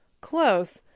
close